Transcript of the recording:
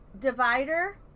divider